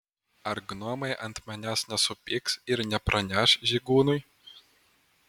ar gnomai ant manęs nesupyks ir nepraneš žygūnui